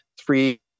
three